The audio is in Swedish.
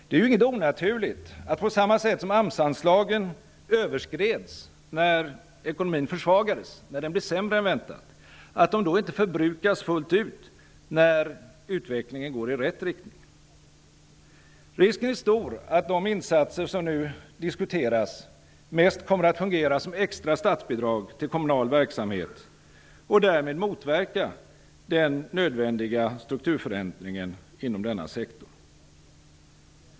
Det är inget onaturligt att AMS-anslagen, på samma sätt som de överskreds när ekonomin försvagades, när den blev sämre än väntat, inte förbrukas fullt ut när utvecklingen går i rätt riktning. Risken är stor att de insatser som nu diskuteras mest kommer att fungera som extra statsbidrag till kommunal verksamhet och därmed motverka den nödvändiga strukturförändringen inom denna sektor.